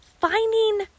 finding